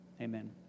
Amen